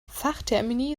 fachtermini